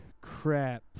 crap